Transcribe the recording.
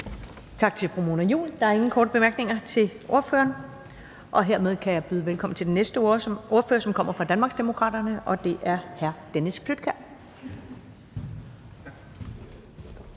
Tak til fru Mona Juul. Der er ingen korte bemærkninger til ordføreren. Og hermed kan jeg byde velkommen til den næste ordfører, som kommer fra Danmarksdemokraterne, og det er hr. Dennis Flydtkjær.